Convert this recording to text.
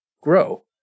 grow